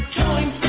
time